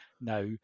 now